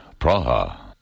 Praha